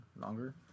longer